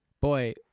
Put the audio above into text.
Boy